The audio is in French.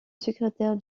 secrétaire